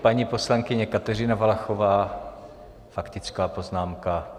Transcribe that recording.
Paní poslankyně Kateřina Valachová, faktická poznámka.